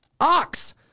Ox